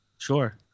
Sure